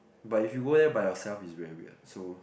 but if you go there by yourself it's very weird so